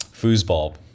foosball